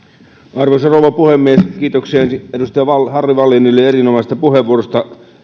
arvoisa rouva puhemies kiitoksia ensin edustaja harry wallinille erinomaisesta puheenvuorosta